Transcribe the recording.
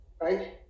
right